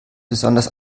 besonders